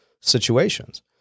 situations